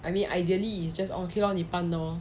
I mean ideally it's just oh okay lor 你搬 lor